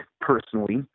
personally